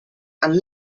and